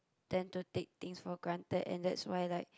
then to take things for granted and then that's why like